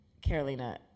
Carolina